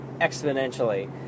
exponentially